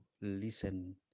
listen